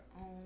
own